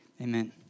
Amen